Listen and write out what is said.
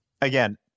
again